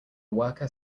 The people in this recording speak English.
worker